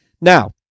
Now